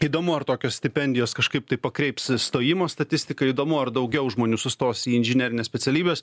įdomu ar tokios stipendijos kažkaip tai pakreips stojimo statistiką įdomu ar daugiau žmonių sustos į inžinerines specialybes